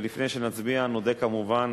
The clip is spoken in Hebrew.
ולפני שנצביע נודה כמובן